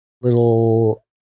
little